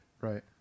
Right